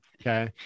okay